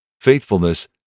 faithfulness